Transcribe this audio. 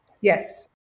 Yes